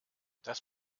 das